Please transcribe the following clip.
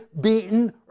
beaten